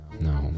no